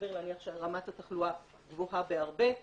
סביר להניח שרמת התחלואה גבוהה בהרבה.